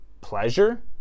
pleasure